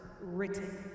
written